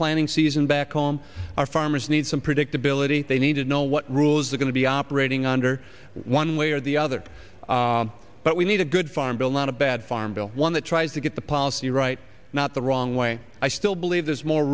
planning season back home our farmers need some predictability they needed know what rules are going to be operating under one way or the other but we need a good farm bill not a bad farm bill one that tries to get the policy right not the wrong way i still believe there's more